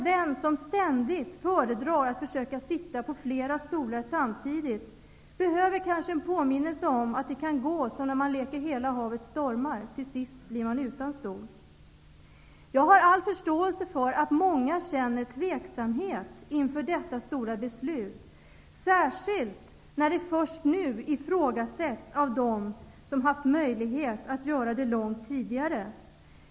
Den som ständigt föredrar att försöka sitta på flera stolar samtidigt behöver kanske en påminnelse om att det kan gå som det gör i leken hela havet stormar -- till sist blir man utan stol. Jag har all förståelse för att många känner tveksamhet inför detta stora beslut, särskilt som det först nu ifrågasätts av dem som haft möjlighet att göra det långt tidigare.